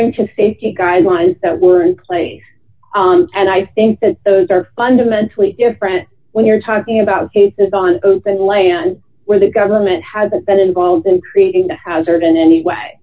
hearing to safety guidelines that were in place and i think that those are fundamentally different when you're talking about cases on open land where the government has been involved in creating the hazard in any way